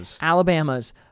Alabama's